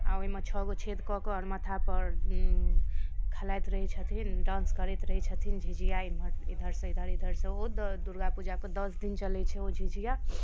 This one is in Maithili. आ ओहिमे छओगो छेद कऽ कऽ माथा पर खेलाइत रहै छथिन डान्स करैत रहै छथिन झिझिया ईधर सँ ईधर ईधर सँ उधर दुर्गापूजा के दस दिन चलै छै ओ झिझिया